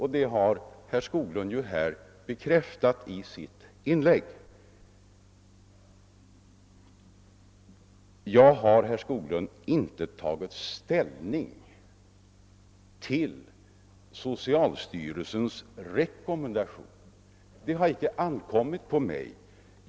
Herr Skoglund har också bekräftat det i sitt inlägg. Jag har, herr Skoglund, inte tagit ställning till socialstyrelsens rekommendation. Det har inte ankommit på mig att göra det.